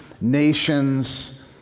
nations